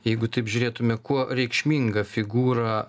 jeigu taip žiūrėtume kuo reikšminga figūra